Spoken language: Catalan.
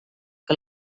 que